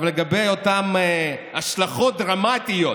לגבי אותן השלכות דרמטיות